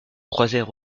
croisèrent